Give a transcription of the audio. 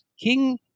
King